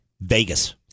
Vegas